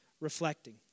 reflecting